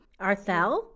arthel